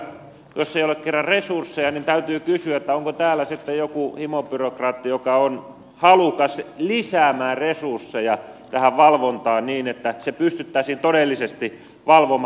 jos ei ole kerran resursseja niin täytyy kysyä että onko täällä sitten joku himobyrokraatti joka on halukas lisäämään resursseja tähän valvontaan niin että pystyttäisiin todellisesti valvomaan